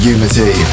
Unity